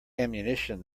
ammunition